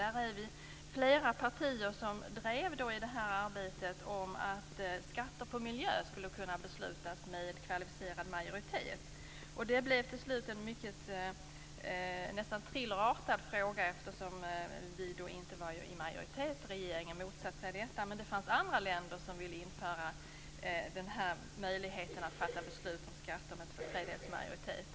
Vi har från flera partier drivit frågan om att skatter på miljö skulle kunna beslutas med kvalificerad majoritet. Detta blev till slut en nästan thrillerartad fråga, eftersom vi inte var i majoritet. Regeringen motsatte sig denna möjlighet. Det fanns dock andra länder som ville införa en möjlighet att fatta beslut om sådana skatter med två tredjedels majoritet.